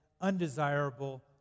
undesirable